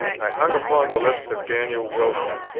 i hung upon the lips of daniel wilson,